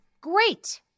great